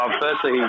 Firstly